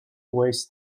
waste